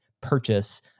purchase